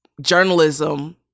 journalism